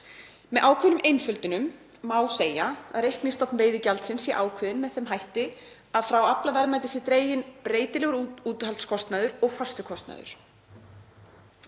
Með ákveðnum einföldunum má segja að reiknistofn veiðigjaldsins sé ákveðinn með þeim hætti að frá aflaverðmæti sé dreginn breytilegur úthaldskostnaður og fastur kostnaður.